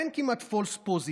אין כמעט false positive.